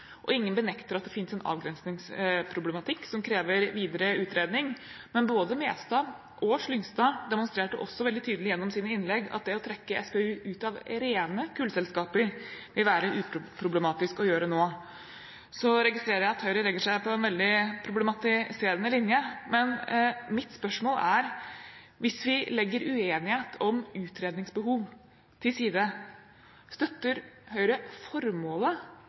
Ingen benekter at det finnes en avgrensingsproblematikk som krever videre utredning, men både Mestad og Slyngstad demonstrerte også veldig tydelig gjennom sine innlegg at det å trekke SPU ut av rene kullselskaper, vil være uproblematisk å gjøre nå. Jeg registrerer at Høyre legger seg på en veldig problematiserende linje. Mitt spørsmål er: Hvis vi legger uenighet om utredningsbehov til side, støtter Høyre formålet